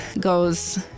goes